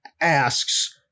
asks